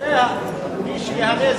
מי שייהנה,